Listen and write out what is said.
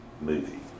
movie